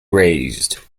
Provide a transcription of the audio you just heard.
raised